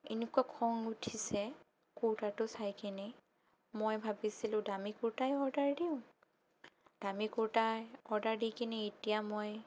এনেকুৱা খং উঠিছে কুৰ্তাটো চাইকেনে মই ভাবিছিলোঁ দামী কুৰ্তাই অৰ্ডাৰ দিওঁ দামী কুৰ্তা অৰ্ডাৰ দিকেনে এতিয়া মই